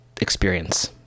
experience